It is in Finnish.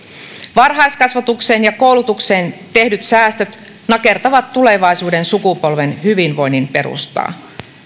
varhaiskasvatukseen ja koulutukseen tehdyt säästöt nakertavat tulevaisuuden sukupolven hyvinvoinnin perustaa